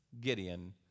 Gideon